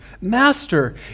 master